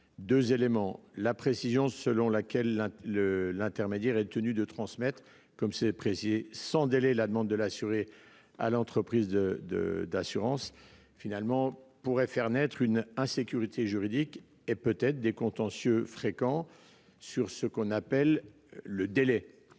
2 éléments la précision selon laquelle le l'intermédiaire est tenu de transmettre comme c'est précis sans délai la demande de l'assurée à l'entreprise de de d'assurance finalement pourrait faire naître une insécurité juridique et peut être des contentieux fréquents sur ce qu'on appelle le délai.